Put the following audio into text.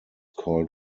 called